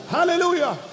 Hallelujah